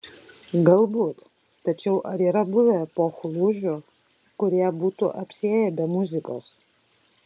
galbūt tačiau ar yra buvę epochų lūžių kurie būtų apsiėję be muzikos